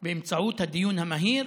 באמצעות הדיון המהיר